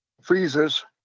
freezers